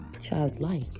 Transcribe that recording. childlike